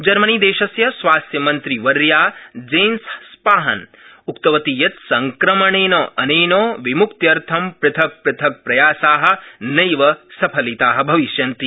जर्मनीदेशस्य स्वास्थ्यमन्त्रिवर्या Jens Spahn उक्तवती यत् संक्रमणेन अनेन विम्क्त्यर्थ पृथग् पृथग् प्रयासा नैव सफलिता भविष्यन्ति